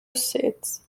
seats